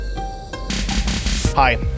Hi